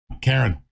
Karen